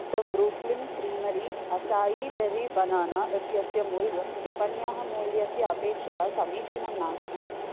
the Brooklyn creamery acai berry banana इत्यस्य मूल्यं विपण्याः मूल्यस्य अपेक्षया समीचीनं नास्ति